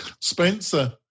Spencer